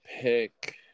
pick